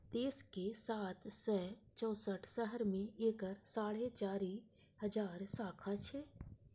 देशक सात सय चौंसठ शहर मे एकर साढ़े चारि हजार शाखा छै